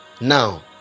now